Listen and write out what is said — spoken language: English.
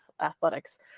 athletics